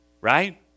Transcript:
right